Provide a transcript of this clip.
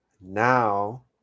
Now